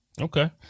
Okay